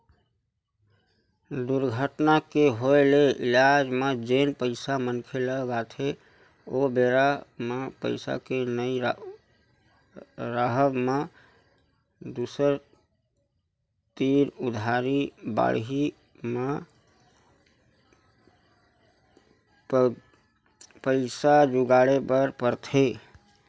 दुरघटना के होय ले इलाज म जेन पइसा मनखे ल लगथे ओ बेरा म पइसा के नइ राहब म दूसर तीर उधारी बाड़ही म पइसा जुगाड़े बर परथे